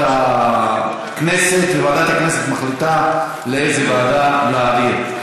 הכנסת וועדת הכנסת מחליטה לאיזו ועדה להעביר.